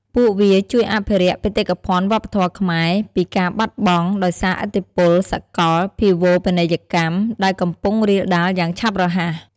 ពួកវាជួយអភិរក្សបេតិកភណ្ឌវប្បធម៌ខ្មែរពីការបាត់បង់ដោយសារឥទ្ធិពលសកលភាវូបនីយកម្ម ដែលកំពុងរាលដាលយ៉ាងឆាប់រហ័ស។